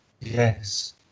Yes